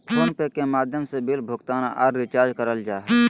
phone पे के माध्यम से बिल भुगतान आर रिचार्ज करल जा हय